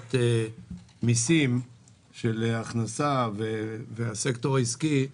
מהטלת מיסים של הכנסה והסקטור העסקי,